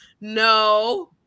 No